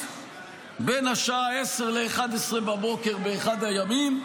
בין השעה 10:00 ל-11:00 באחד הימים,